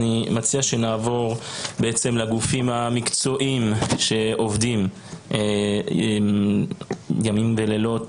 אני מציע שנעבור לגופים המקצועיים שעובדים ימים ולילות